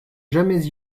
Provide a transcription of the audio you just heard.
jamais